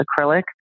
acrylic